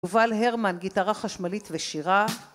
יובל הרמן, גיטרה חשמלית ושירה